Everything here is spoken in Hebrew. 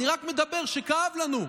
אני רק מדבר על כך שכאב לנו,